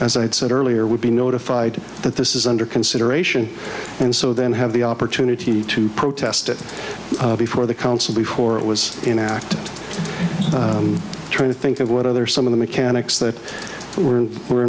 as i said earlier would be notified that this is under consideration and so then have the opportunity to protest it before the council before it was an act trying to think of what other some of the mechanics that were were